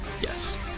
Yes